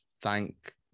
thank